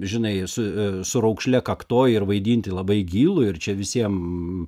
žinai esu su raukšle kaktoj ir vaidinti labai gilų ir čia visiem